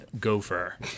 gopher